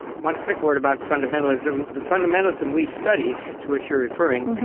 one quick word about fundamentalism. the fundamentalism we studied, to which you're referring,